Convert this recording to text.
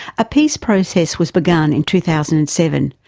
a peace process was begun in two thousand and seven,